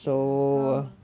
ya how